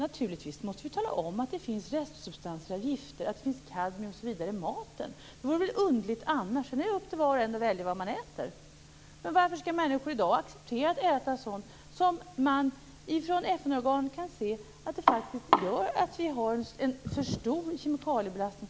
Naturligtvis måste vi tala om att det finns restsubstanser av gifter, kadmium, osv., i maten. Något annat vore väl underligt. Sedan är det vars och ens sak att välja vad man äter. Varför skall människor i dag acceptera att äta sådant som enligt FN-organ innebär en för stor kemikaliebelastning?